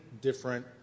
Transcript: different